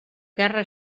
guerra